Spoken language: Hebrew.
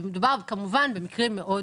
מדובר כמובן במקרים מאוד